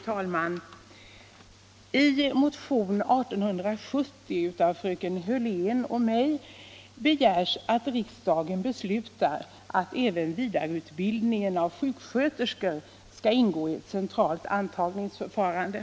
Fru talman! I motion 1870 av fröken Hörlén och mig begärs att riksdagen beslutar att även vidareutbildningen av sjuksköterskor skall ingå i ett centralt antagningsförfarande.